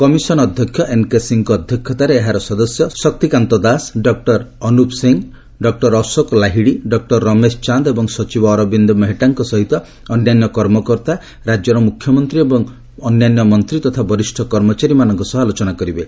commission ଅଧ୍ୟକ୍ଷ N K ସିଂହଙ୍କ ଅଧ୍ୟକ୍ଷତାରେ ଏହାର ସଦସ୍ୟ Shaktikanta Das doctor Anup Singh doctor Ashok Lahiri doctor Ramesh Chand ଏବଂ ସଚିବ ଅରବିନ୍ଦ ମେହେଟ୍ଟାଙ୍କ ସହିତ ଅନ୍ୟାନ୍ୟ କର୍ମକର୍ତ୍ତା ରାଜ୍ୟର ମୁଖ୍ୟମନ୍ତ୍ରୀ ଅନ୍ୟାନ୍ୟ ମନ୍ତ୍ରୀ ଏବଂ ବରିଷ୍ଠ କର୍ମଚାରୀମାନଙ୍କ ସହ ଆଲୋଚନା କରିବେ